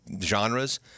genres